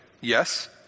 yes